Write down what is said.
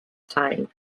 time